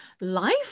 Life